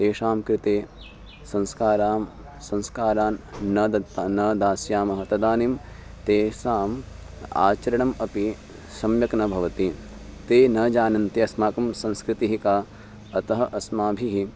तेषां कृते संस्कारां संस्काराः न दत्ताः न दास्यामः तदानीं तेषाम् आचरणम् अपि सम्यक् न भवति ते न जानन्ति अस्माकं संस्कृतिः का अतः अस्माभिः